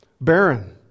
Barren